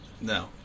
No